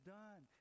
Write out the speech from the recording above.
done